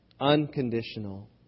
unconditional